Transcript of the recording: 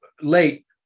late